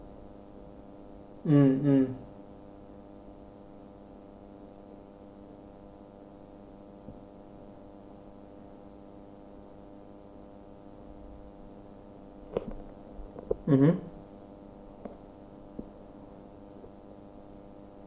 mm mmhmm